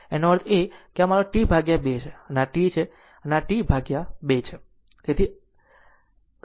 તો તેનો અર્થ એ કે આ મારો T 2 છે અને આ T છે અને આ જ આધાર છે T 2